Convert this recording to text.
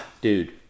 Dude